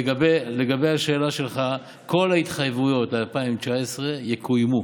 לגבי השאלה שלך, כל ההתחייבויות ל-2019 יקוימו,